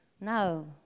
no